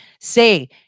say